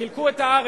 חילקו את הארץ,